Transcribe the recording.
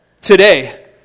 today